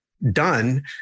done